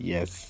Yes